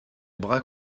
bras